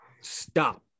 Stop